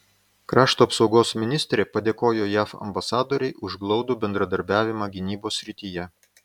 krašto apsaugos ministrė padėkojo jav ambasadorei už glaudų bendradarbiavimą gynybos srityje